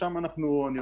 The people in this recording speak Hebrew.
לשם אנחנו מכוונים.